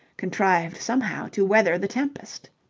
contrived somehow to weather the tempest.